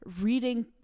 reading